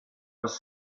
was